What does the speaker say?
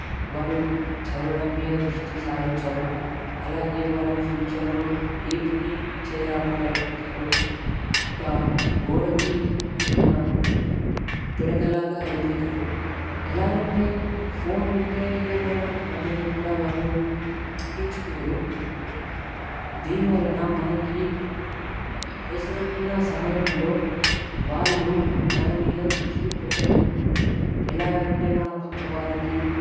వాళ్ళు చదవడం మీద దృష్టి సాదించరు అలాగే వాళ్ళు ఫ్యూచర్లో ఏ పని చేయరాకుండా అయిపోతారు ఒక గోడకి ఉన్న పిడకలాగా అయిపోతారు ఎలాగంటే ఫోన్ ఉంటే ఇక మన మాటల్ని కూడా వాళ్ళు పట్టించుకోరు దీనివలన మనకి అవసరమున్న సమయంలో వాళ్ళు మన మీద దృష్టి పెట్టరు ఎలాగంటే మన పక్క వారికి